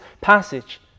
passage